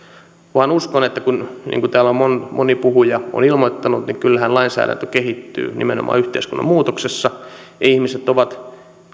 päinvastoin uskon niin kuin täällä moni puhuja on ilmoittanut että kyllähän lainsäädäntö kehittyy nimenomaan yhteiskunnan muutoksessa ja ihmiset ovat